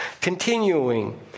continuing